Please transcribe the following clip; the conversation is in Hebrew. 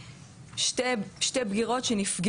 אז רק בשביל להבין,